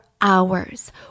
hours